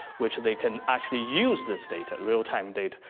which they can actually use this data, real-time data,